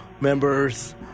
members